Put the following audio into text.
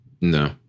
No